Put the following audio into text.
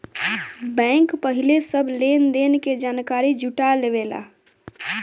bank पहिले सब लेन देन के जानकारी जुटा लेवेला